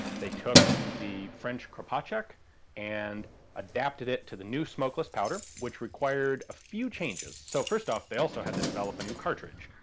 they took the french kropatschek and adapted it to the new smokeless powder, which required a few changes. so first off they also had to develop a new cartridge.